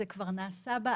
זה כבר נעשה בארץ,